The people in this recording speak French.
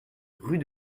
rue